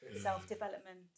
Self-development